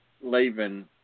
leaving